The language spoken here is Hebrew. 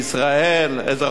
"אזרחות לבגרות",